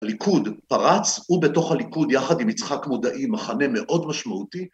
‫הליכוד פרץ ובתוך הליכוד, ‫יחד עם יצחק מודעי, מחנה מאוד משמעותי.